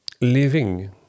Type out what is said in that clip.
living